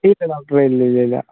okay ഇല്ലില്ലില്ല